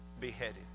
beheaded